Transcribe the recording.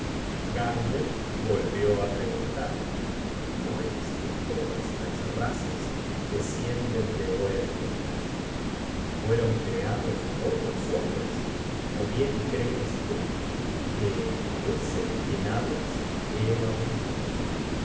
gangler volvió á preguntar cómo es que todas las razas descienden de oergelmer fueron creados otros hombres ó bien crees tú que ese de quien hablas era un dios